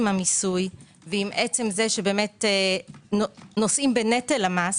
המיסוי ועם עצם זה שנושאים בנטל המס,